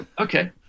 Okay